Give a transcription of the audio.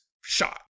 shot